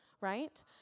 Right